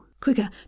Quicker